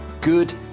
good